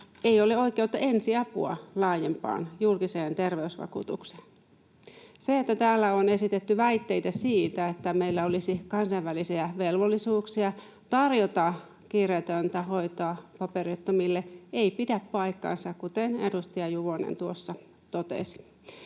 ei ole oikeutta ensiapua laajempaan julkiseen terveysvakuutukseen. Se, että täällä on esitetty väitteitä siitä, että meillä olisi kansainvälisiä velvollisuuksia tarjota kiireetöntä hoitoa paperittomille, ei pidä paikkaansa, kuten edustaja Juvonen tuossa totesi.